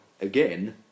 again